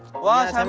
was um